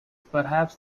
perhaps